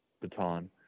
baton